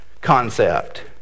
concept